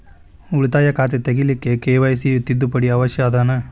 ಉಳಿತಾಯ ಖಾತೆ ತೆರಿಲಿಕ್ಕೆ ಕೆ.ವೈ.ಸಿ ತಿದ್ದುಪಡಿ ಅವಶ್ಯ ಅದನಾ?